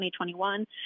2021